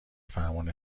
فرمون